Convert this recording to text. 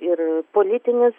ir politinis